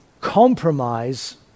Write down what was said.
compromise